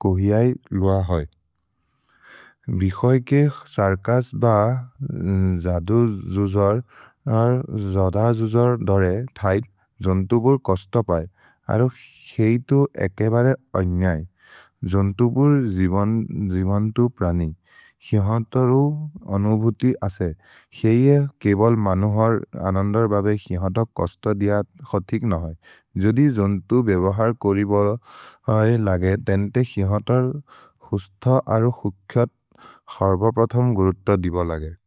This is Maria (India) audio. कोहिऐ लुअ होय्। भिखोय् के सर्कस् ब जदु जुजोर् अर् जद जुजोर् दोरे थै जोन्तु बुर् कोस्त पै, अरु सेइ तु एके बरे अन्यै। जोन्तु बुर् जिबन्तु प्रनि, खेनोतरु अनुबुति असे, सेइ ए केबोल् मनु हर् अनन्दर् बबे खेनोतर् कोस्त दिय कोथिक् नहै। जोदि जोन्तु बेबहर् कोरि लगे, तेन् ते खेनोतर् हुस्त अरु खुख्यत् हर्ब प्रथोम् गुरुत्त दिब लगे।